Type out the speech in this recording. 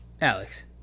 Alex